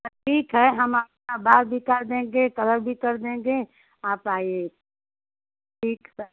तो ठीक है हम आपका बाल भी काट देंगे कलर भी कर देंगे आप आइए ठीक सर